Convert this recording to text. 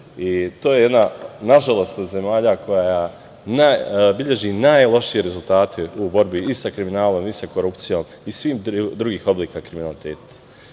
to je jedna, nažalost, od zemalja koja beleži najlošije rezultate u borbi i sa kriminalom i sa korupcijom i svim drugim oblicima kriminaliteta. Kad